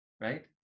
right